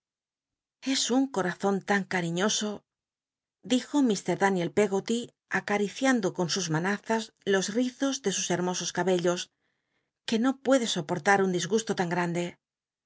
es un corazon t n cariñoso dijo mr da y acariciando con sus manazas los rizos de sus hermosos ca bellos que no puede soportar un disgusto tan